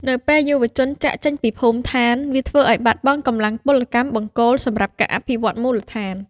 នៅពេលយុវជនចាកចេញពីភូមិដ្ឋាន វាធ្វើឱ្យបាត់បង់កម្លាំងពលកម្មបង្គោលសម្រាប់ការអភិវឌ្ឍមូលដ្ឋាន។